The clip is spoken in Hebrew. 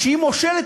כשהיא מושלת,